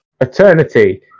Eternity